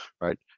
right